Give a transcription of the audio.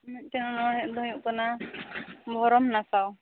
ᱢᱤᱫᱴᱟᱝ ᱚᱱᱚᱲᱦᱮᱸ ᱫᱚ ᱦᱩᱭᱩᱜ ᱠᱟᱱᱟ ᱵᱷᱚᱨᱚᱢ ᱱᱟᱥᱟᱣ